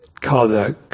called